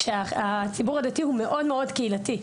כי הציבור הדתי הוא מאוד קהילתי.